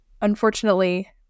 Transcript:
unfortunately